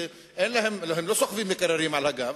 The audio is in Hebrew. כי הם לא סוחבים מקררים על הגב,